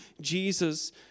Jesus